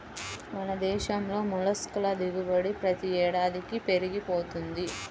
మన దేశంలో మొల్లస్క్ ల దిగుబడి ప్రతి ఏడాదికీ పెరిగి పోతున్నది